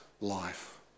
life